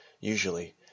Usually